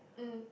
mm